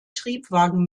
triebwagen